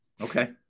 Okay